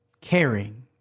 caring